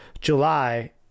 july